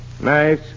Nice